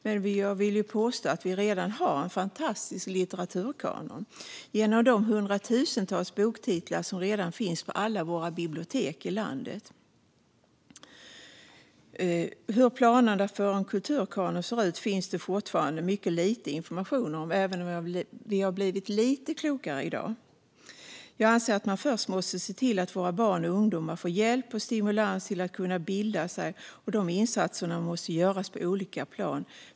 Men jag vill påstå att vi redan har en fantastisk litteraturkanon i form av de hundratusentals boktitlar som redan finns på alla våra bibliotek i landet. Hur planerna för en kulturkanon ser ut finns det fortfarande mycket lite information om, även om vi har blivit lite klokare i dag. Jag anser att man först måste se till att våra barn och ungdomar får hjälp och stimulans att bilda sig, och de insatserna måste göras på olika plan.